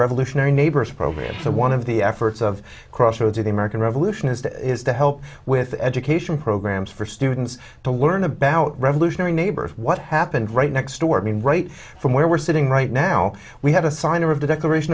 to one of the efforts of crossroads or the american revolution is to help with education programs for students to learn about revolutionary neighbor what happened right next door i mean right from where we're sitting right now we have a sign of the declaration